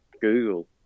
google